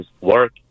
work